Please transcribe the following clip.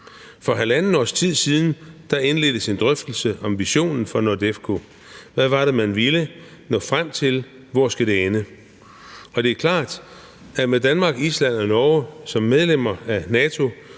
For halvandet års tid siden indledtes en drøftelse om visionen for NORDEFCO: Hvad var det, man ville nå frem til, og hvor skal det ende? Og det er klart, at med Danmark, Island og Norge som medlemmer af NATO